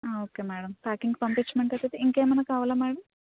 okay madam ప్యాకింగ్కి పంపించమంటే ఇంకా ఏమైనా కావాలా మేడం